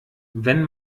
wenn